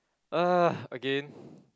!ugh! again